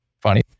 funny